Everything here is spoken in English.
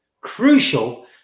crucial